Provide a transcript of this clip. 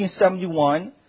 1971